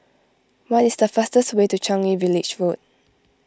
what is the fastest way to Changi Village Road